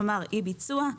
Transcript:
כלומר אי-ביצוע,